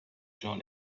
john